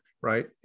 right